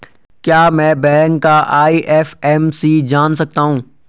क्या मैं बैंक का आई.एफ.एम.सी जान सकता हूँ?